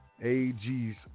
AG's